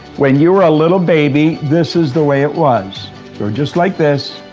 when you were a little baby, this is the way it was just like this,